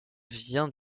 vient